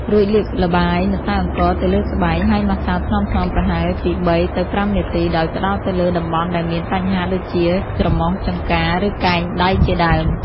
រួចលាបល្បាយម្សៅអង្ករទៅលើស្បែក ហើយម៉ាស្សាថ្នមៗប្រហែលពី ៣ ទៅ ៥ នាទី ដោយផ្តោតទៅលើតំបន់ដែលមានបញ្ហាដូចជា ច្រមុះ ចង្កា ឬកែងដៃជាដើម។